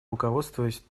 руководствуясь